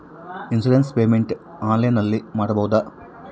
Insurance payment ಆನ್ಲೈನಿನಲ್ಲಿ ಮಾಡಬಹುದಾ?